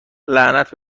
لعنت